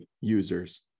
users